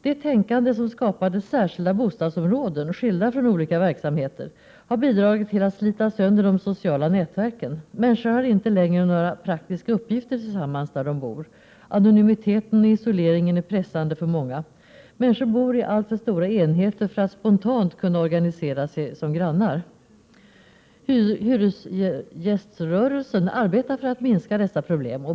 Det tänkande som skapade särskilda bostadsområden, skilda från olika verksamheter, har bidragit till att slita sönder de sociala nätverken. Människor har inte längre några praktiska uppgifter tillsammans där de bor. Anonymiteten och isoleringen är pressande för många. Människor bor i alltför stora enheter för att spontant kunna organisera sig som grannar. Hyresgäströrelsen arbetar för att minska dessa problem.